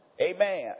Amen